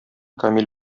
камил